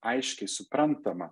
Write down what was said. aiškiai suprantama